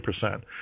percent